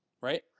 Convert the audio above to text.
right